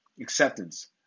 acceptance